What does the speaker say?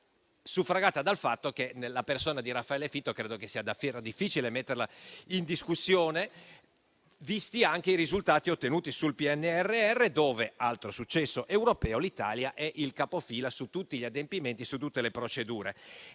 suffragata dal fatto che la persona di Raffaele Fitto credo sia davvero difficile mettere in discussione, visti anche i risultati ottenuti sul PNRR. Questo è un altro successo europeo dove l'Italia è capofila su tutti gli adempimenti e tutte le procedure.